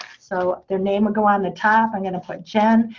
so their name will go on the top. i'm going to put jen.